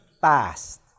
fast